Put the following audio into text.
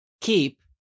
keep